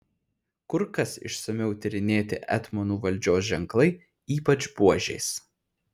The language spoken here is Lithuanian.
kur kas išsamiau tyrinėti etmonų valdžios ženklai ypač buožės